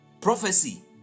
prophecy